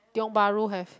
tiong-bahru have